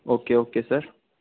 okay okay sir